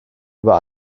über